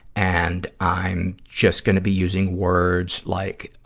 and i'm just gonna be using words like,